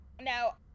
Now